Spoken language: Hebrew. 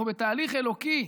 אנחנו בתהליך אלוקי,